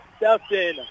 Dustin